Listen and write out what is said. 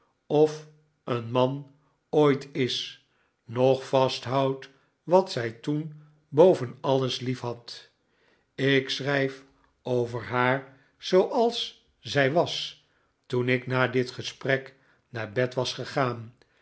of een man ooit is nog vasthoudt wat zij toen boven alles liefhad ik schrijf over haar zooals zij was toen ik na dit gesprek naar bed was gegaan